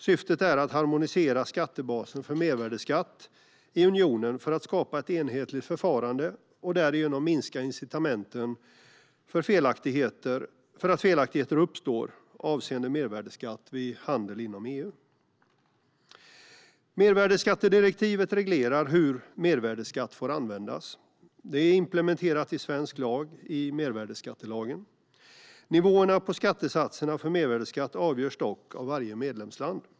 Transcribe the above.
Syftet är att harmonisera skattebasen för mervärdesskatt i unionen för att skapa ett enhetligt förfarande och därigenom minska incitamenten för att felaktigheter uppstår avseende mervärdesskatt vid handel inom EU. Mervärdesskattedirektivet reglerar hur mervärdesskatt får användas. Det är implementerat i svensk lag genom mervärdesskattelagen. Nivåerna på skattesatserna för mervärdesskatt avgörs dock av varje medlemsland.